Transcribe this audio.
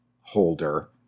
holder –